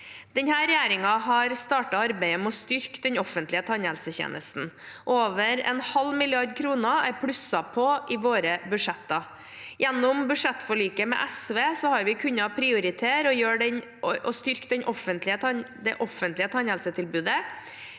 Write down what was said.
Denne regjeringen har startet arbeidet med å styrke den offentlige tannhelsetjenesten. Over en halv milliard kroner er plusset på i våre budsjetter. Gjennom budsjettforliket med SV har vi kunnet prioritere å styrke det offentlige tannhelsetilbudet